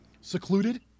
Secluded